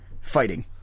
fighting